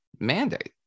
mandate